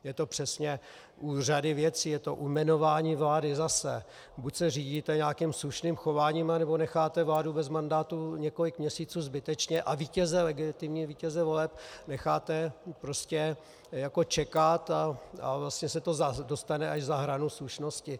Je to přesně u řady věcí, je to u jmenování vlády zase, buď se řídíte nějakým slušným chováním, anebo necháte vládu bez mandátu několik měsíců zbytečně a vítěze, legitimního vítěze voleb, necháte prostě jako čekat a vlastně se to dostane až za hranu slušnosti.